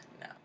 No